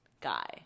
guy